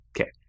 Okay